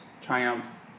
triumphs